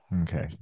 Okay